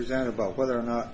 present about whether or not